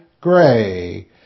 gray